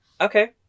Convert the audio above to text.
Okay